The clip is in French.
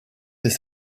des